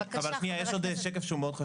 אבל זה לא מה שיפתור את תחלואי המערכת.